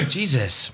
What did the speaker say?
Jesus